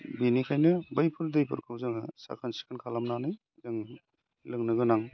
बेनिखायनो बैफोर दैफोरखौ जोङो साखोन सिखोन खालामनानै जों लोंनो गोनां